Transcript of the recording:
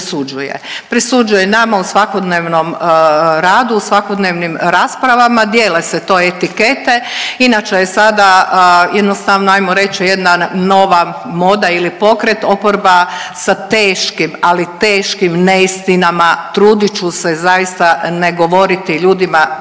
Presuđuje nama u svakodnevnom radi, u svakodnevnim raspravama, dijele se to etikete, inače je sada jednostavno, ajmo reći, jedna nova moda ili pokret, oporba sa teškim, ali teškim neistinama, trudit ću se zaista ne govoriti ljudima